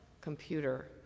computer